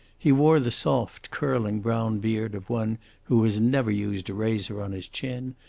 he wore the soft, curling brown beard of one who has never used a razor on his chin,